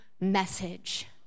message